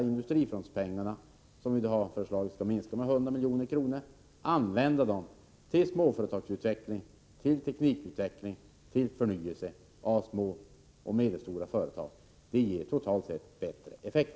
Industrifondspengarna, som vi har föreslagit skall minskas med 100 milj.kr., bör användas till småföretagsutveckling, teknikutveckling och förnyelse av små och medelstora företag. Det ger totalt sett bättre effekt.